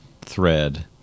thread